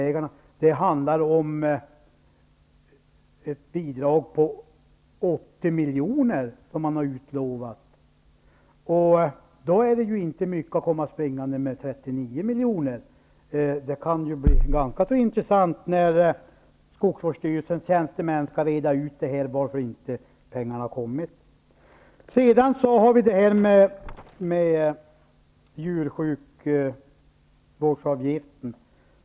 Det handlar om bidrag på 80 miljoner som har utlovats för skogsbilvägar. Då är det inte mycket att komma springande med 39 miljoner. Det kan bli ganska intressant när skogsvårdsstyrelsens tjänstemän skall reda ut varför inte pengarna har kommit. Sedan har vi detta med djursjukvårdsavgiften.